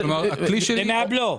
כלומר, הכלי שלי הוא מהבלו.